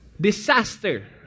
disaster